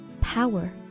power